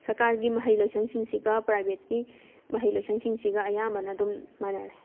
ꯁꯔꯀꯥꯔꯒꯤ ꯃꯍꯩꯂꯣꯏꯁꯪ ꯁꯤꯡꯁꯤꯒ ꯄ꯭ꯔꯥꯏꯚꯦꯠꯀꯤ ꯃꯍꯩ ꯂꯣꯏꯁꯪꯁꯤꯡꯁꯤꯒ ꯑꯌꯥꯝꯕꯅ ꯑꯗꯨꯝ ꯃꯥꯅꯔꯦ